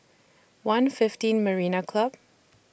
one fifteen Marina Club